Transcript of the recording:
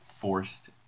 forced